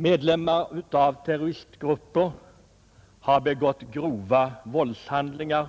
Medlemmar av terroristgrupper har begått grova våldshandlingar